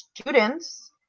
students